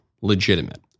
legitimate